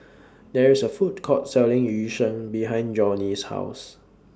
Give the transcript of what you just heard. There IS A Food Court Selling Yu Sheng behind Johney's House